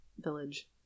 village